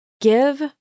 Give